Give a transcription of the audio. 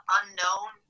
unknown